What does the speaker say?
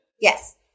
Yes